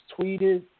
tweeted